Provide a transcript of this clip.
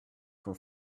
from